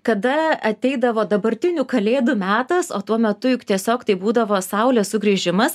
kada ateidavo dabartinių kalėdų metas o tuo metu juk tiesiog tai būdavo saulės sugrįžimas